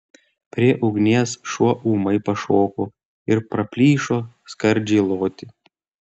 prie ugnies šuo ūmai pašoko ir praplyšo skardžiai loti